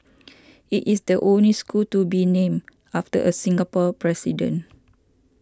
it is the only school to be named after a Singapore president